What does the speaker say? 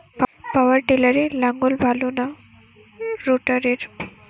পাওয়ার টিলারে লাঙ্গল ভালো না রোটারের?